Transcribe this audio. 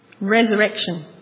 resurrection